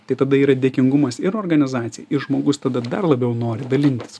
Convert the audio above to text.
tai tada yra dėkingumas ir organizacijai i žmogus tada dar labiau nori dalintis